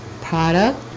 product